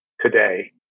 today